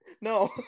No